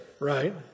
Right